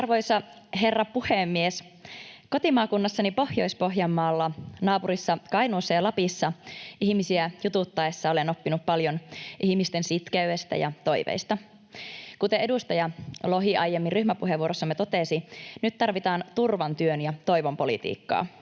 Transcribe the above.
Arvoisa herra puhemies! Kotimaakunnassani Pohjois-Pohjanmaalla sekä naapurissa Kainuussa ja Lapissa ihmisiä jututtaessani olen oppinut paljon ihmisten sitkeydestä ja toiveista. Kuten edustaja Lohi aiemmin ryhmäpuheenvuorossamme totesi, nyt tarvitaan turvan, työn ja toivon politiikkaa,